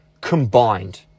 combined